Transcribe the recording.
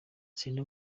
selena